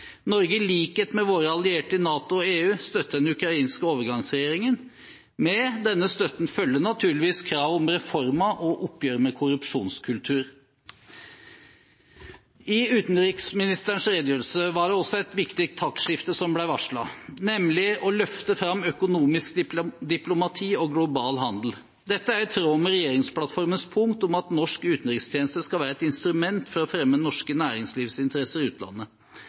Norge, i likhet med sine allierte i NATO og EU, støtter den ukrainske overgangsregjeringen. Med denne støtten følger naturligvis krav om reformer og oppgjør med korrupsjonskultur. I utenriksministerens redegjørelse var det også et viktig taktskifte som ble varslet, nemlig å løfte fram økonomisk diplomati og global handel. Dette er i tråd med regjeringsplattformens punkt om at norsk utenrikstjeneste skal være et instrument for å fremme norske næringslivsinteresser i utlandet.